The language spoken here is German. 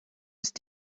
ist